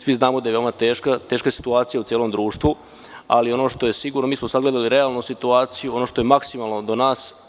Svi znamo da je teška situacija u celom društvu, ali ono što je sigurno, mi smo sagledali realno situaciju, ono što je maksimalno do nas.